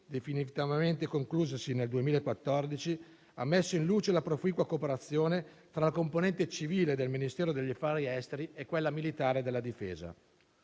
definitivamente conclusasi nel 2014, ha messo in luce la proficua cooperazione tra la componente civile del Ministero degli affari esteri e della cooperazione